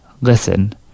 Listen